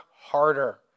harder